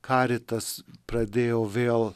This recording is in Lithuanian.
karitas pradėjo vėl